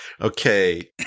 Okay